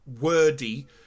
wordy